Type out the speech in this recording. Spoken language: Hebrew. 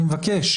אני מבקש.